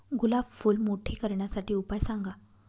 गुलाब फूल मोठे करण्यासाठी उपाय सांगा?